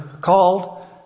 called